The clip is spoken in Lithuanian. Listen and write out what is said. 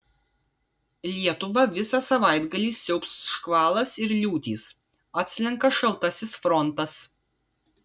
lietuvą visą savaitgalį siaubs škvalas ir liūtys atslenka šaltasis frontas